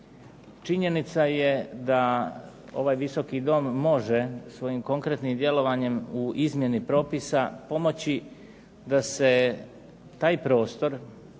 Činjenica je da ovaj Visoki dom može svojim konkretnim djelovanjem u izmjeni propisa pomoći da se taj prostor